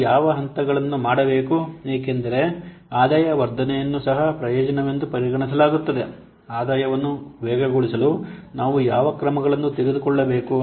ನೀವು ಯಾವ ಹಂತಗಳನ್ನು ಮಾಡಬೇಕು ಏಕೆಂದರೆ ಆದಾಯ ವರ್ಧನೆಯನ್ನು ಸಹ ಪ್ರಯೋಜನವೆಂದು ಪರಿಗಣಿಸಲಾಗುತ್ತದೆ ಆದಾಯವನ್ನು ವೇಗಗೊಳಿಸಲು ನಾವು ಯಾವ ಕ್ರಮಗಳನ್ನು ತೆಗೆದುಕೊಳ್ಳಬೇಕು